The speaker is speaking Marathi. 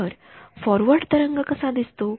तर फॉरवर्ड तरंग कसा दिसतो